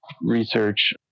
research